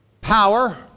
power